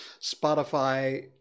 Spotify